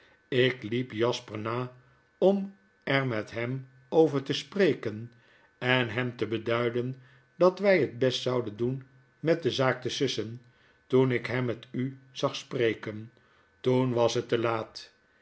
ik liep jasper na om er met hem over tespreken en hem te beduiden dat wy het best zouden doen met de zaak te sussen toen ik hem met u zag spreken toen was het te laat